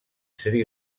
sri